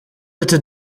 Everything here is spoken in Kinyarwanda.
ati